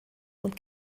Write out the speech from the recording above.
und